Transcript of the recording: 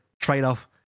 trade-off